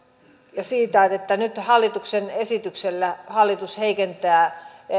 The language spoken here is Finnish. ja siitä että että nyt hallituksen esityksellä hallitus heikentää